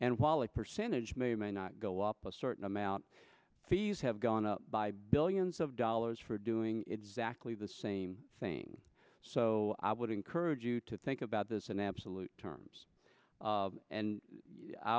and while a percentage may or may not go up a certain amount fees have gone up by billions of dollars for doing exactly the same thing so i would encourage you to think about this in absolute terms and